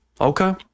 Okay